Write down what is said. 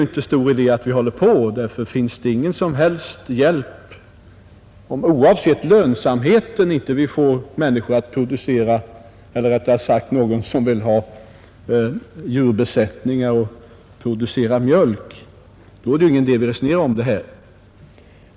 Finns det ingen som helst hjälp oavsett lönsamheten, då är det ingen idé att resonera om dessa frågor.